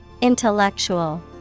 Intellectual